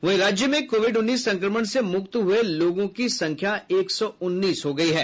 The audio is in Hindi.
वहीं राज्य में कोविड उन्नीस संक्रमण से मुक्त हुए लोगों की संख्या एक सौ उन्नीस हो गई है